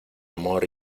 amor